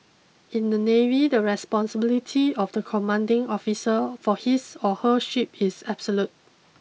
in the navy the responsibility of the commanding officer for his or her ship is absolute